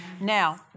Now